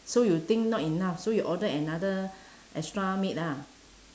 so you think not enough so you order another extra meat ah